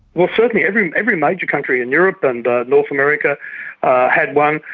well certainly every every major country in europe and north america had one.